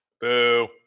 boo